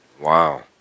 Wow